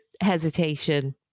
hesitation